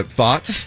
thoughts